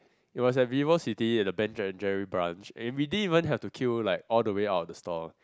it was at Vivo-City at the Ben and Jerry branch and we didn't even have to queue like all the way out of the store